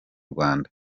rwanda